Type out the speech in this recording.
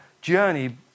journey